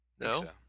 No